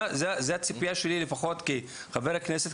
זה הציפייה שלי לפחות כחבר כנסת,